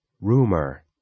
Rumor